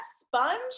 sponge